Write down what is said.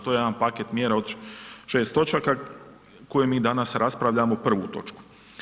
To je jedan paket mjera od 6 točaka, koju mi danas raspravljamo prvu točku.